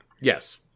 Yes